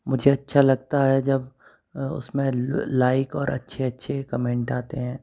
मुझे अच्छा लगता है जब उसमें लाइक और अच्छे अच्छे कमेंट आते हैं